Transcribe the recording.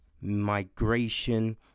migration